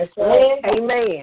Amen